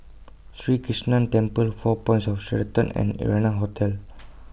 Sri Krishnan Temple four Points of Sheraton and Arianna Hotel